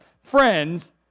friends